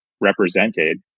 represented